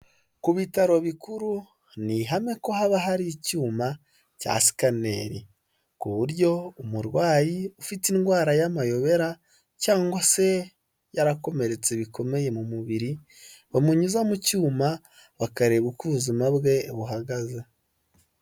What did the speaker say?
Ku bitaro bikuru ni ihame ko haba hari icyuma cya sikaneri, ku buryo umurwayi ufite indwara y'amayobera cyangwa se yarakomeretse bikomeye mu mubiri bamunyuza mu cyuma bakareba uko ubuzima bwe buhagaze.